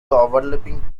overlapping